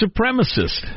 supremacist